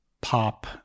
pop